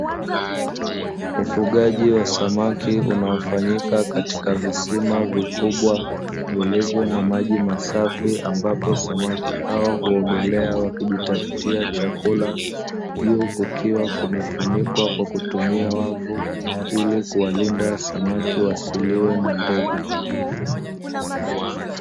Ufugaji wa samaki unaofanyika katika visima vikubwa vilivyo na maji masafi, ambapo samaki hao huogelea wakijitafutia chakula juu kukiwa kumefunikwa kwa kutumia wavu ili kuwalinda samaki wasiliwe na ndege.